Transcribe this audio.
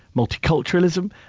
multiculturalism,